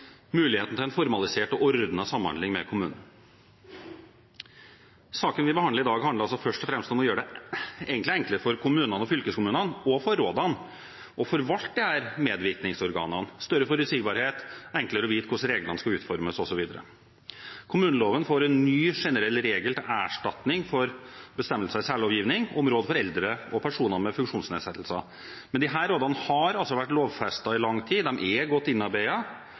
muligheten til en formalisert og ordnet samhandling med kommunen. Saken vi behandler i dag, handler egentlig først og fremst om å gjøre det enklere for kommunene og fylkeskommunene, og for rådene, å forvalte disse medvirkningsorganene – større forutsigbarhet, enklere å vite hvordan reglene skal utformes, osv. Kommuneloven får en ny generell regel til erstatning for bestemmelser i særlovgivning om råd for eldre og personer med funksjonsnedsettelser. Disse rådene har altså vært lovfestet i lang tid, og de er godt